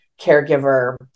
caregiver